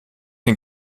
den